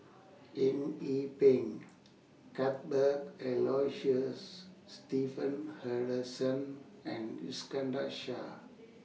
Eng Yee Peng Cuthbert Aloysius and Iskandar Shah